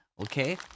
Okay